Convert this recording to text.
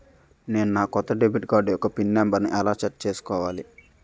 నేను నా కొత్త డెబిట్ కార్డ్ యెక్క పిన్ నెంబర్ని ఎలా సెట్ చేసుకోవాలి?